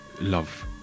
love